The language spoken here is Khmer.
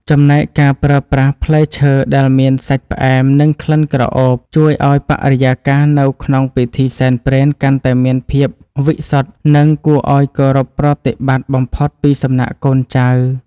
ចំណែកការប្រើប្រាស់ផ្លែឈើដែលមានសាច់ផ្អែមនិងក្លិនក្រអូបជួយឱ្យបរិយាកាសនៅក្នុងពិធីសែនព្រេនកាន់តែមានភាពវិសុទ្ធ និង គួរឱ្យគោរពប្រតិបត្តិបំផុតពីសំណាក់កូនចៅ។